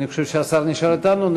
אני חושב שהשר נשאר אתנו.